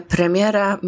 Premiera